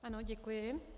Ano, děkuji.